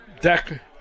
deck